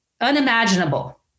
unimaginable